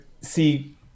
see